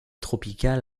tropical